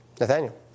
Nathaniel